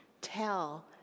Tell